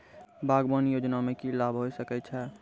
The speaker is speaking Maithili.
बागवानी योजना मे की लाभ होय सके छै?